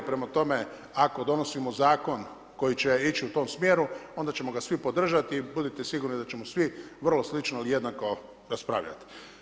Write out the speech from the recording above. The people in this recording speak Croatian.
Prema tome, ako donosimo zakon koji će ići u tom smjeru onda ćemo ga svi podržati i budite sigurni da ćemo svi vrlo slično ili jednako raspravljati.